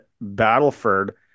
Battleford